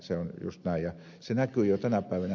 se on just näin ja se näkyy jo tänä päivänä